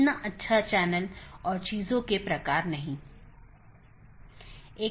गम्यता reachability की जानकारी update message द्वारा आदान प्रदान की जाती है